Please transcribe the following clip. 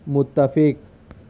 متفق